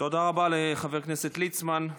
תודה רבה לחבר הכנסת ליצמן.